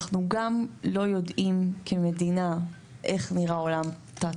אנחנו גם לא יודעים כמדינה איך נראה עולם תת